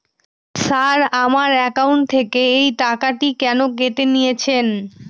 Sir আমার account থেকে এই টাকাটি কেন কেটে নিয়েছেন?